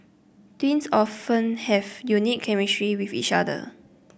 twins often have unique chemistry with each other